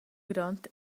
grond